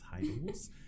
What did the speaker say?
titles